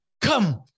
come